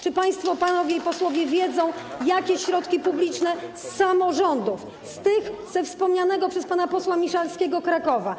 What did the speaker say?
Czy państwo, panowie posłowie, wiedzą, jakie środki publiczne z samorządów, ze wspomnianego przez pana posła Miszalskiego Krakowa.